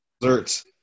Desserts